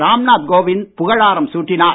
ராம் நாத் கோவிந்த் புகழாராம் சூட்டினார்